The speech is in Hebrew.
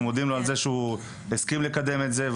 מודים לו על זה שהוא הסכים לקדם את זה,